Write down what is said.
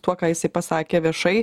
tuo ką jisai pasakė viešai